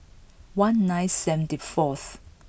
one nine seventy fourth